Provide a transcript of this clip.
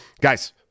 Guys